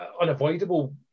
unavoidable